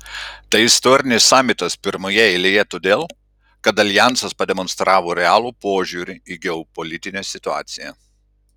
tai istorinis samitas pirmoje eilėje todėl kad aljansas pademonstravo realų požiūrį į geopolitinę situaciją